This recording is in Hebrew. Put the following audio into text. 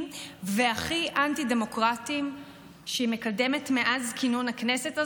והכי אנטי-דמוקרטיים שהיא מקדמת מאז כינון הכנסת הזאת.